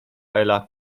ela